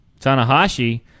Tanahashi